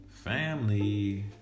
family